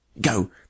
Go